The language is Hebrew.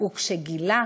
וכשגילה